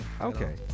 okay